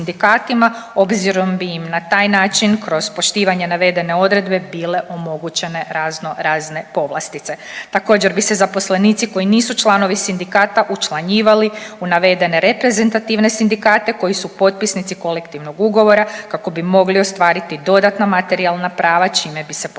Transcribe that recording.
obzirom bi im na taj način kroz poštivanje navedene odredbe bile omogućene razno razne povlastice. Također bi se zaposlenici koji nisu članovi sindikata učlanjivali u navedene reprezentativne sindikate koji su potpisnici kolektivnog ugovora kako bi mogli ostvariti dodatna materijalna prava čime bi se poslodavac